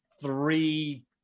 three